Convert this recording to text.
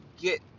get